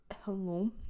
hello